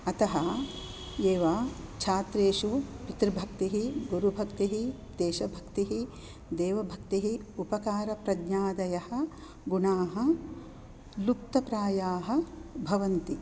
अतः एव छात्रेषु पितृभक्तिः गुरुभक्तिः देशभक्तिः देवभक्तिः उपकारप्रज्ञादयः गुणाः लुप्तप्रायाः भवन्ति